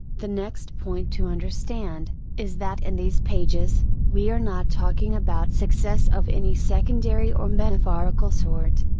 the next point to understand, is that in these pages, we are not talking about success of any secondary or metaphorical sort.